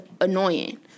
annoying